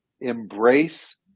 embrace